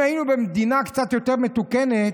אם היינו במדינה קצת יותר מתוקנת,